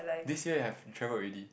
this year I've travelled already